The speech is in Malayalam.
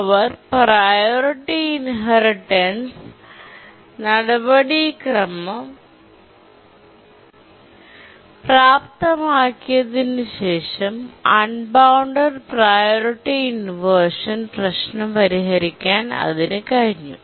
അവർ പ്രിയോറിറ്റി ഇൻഹെറിറ്റൻസ് നടപടിക്രമം പ്രാപ്തമാക്കിയതിനുശേഷം അൺബൌണ്ടഡ് പ്രിയോറിറ്റി ഇൻവെർഷൻ പ്രശ്നം പരിഹരിക്കാൻ അതിന് കഴിഞ്ഞു